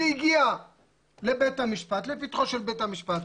זה הגיע לפתחו של בית המשפט.